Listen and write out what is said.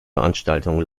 veranstaltungen